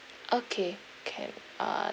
okay can uh